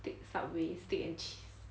subway steak and cheese